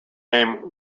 name